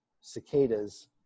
cicadas